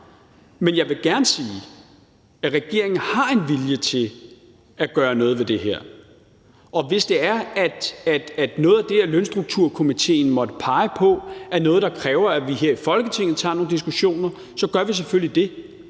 Men jeg vil gerne sige, at regeringen har en vilje til at gøre noget ved det her, og hvis det er sådan, at noget af det, lønstrukturkomitéen måtte pege på, er noget, der kræver, at vi her i Folketinget tager nogle diskussioner, så gør vi selvfølgelig det.